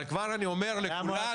אבל כבר אני אומר לכולם,